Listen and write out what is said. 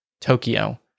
Tokyo